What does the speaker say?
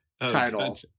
title